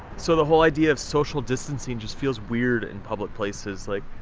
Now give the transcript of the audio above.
so the whole idea of social distancing just feels weird in public places, like,